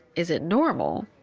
is it normal?